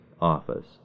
office